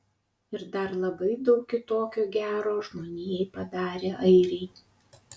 ir dar labai daug kitokio gero žmonijai padarę airiai